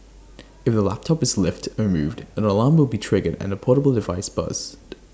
if the laptop is lifted or moved an alarm will be triggered and the portable device buzzed